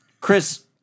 Chris